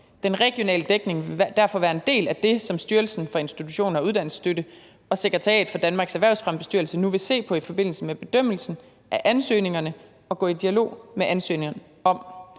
Den regionale dækning vil derfor være en del af det, som Styrelsen for Institutioner og Uddannelsesstøtte og sekretariatet for Danmarks Erhvervsfremmebestyrelse nu vil se på i forbindelse med bedømmelsen af ansøgningerne og gå i dialog med ansøgerne om.